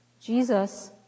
Jesus